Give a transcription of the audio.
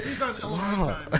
Wow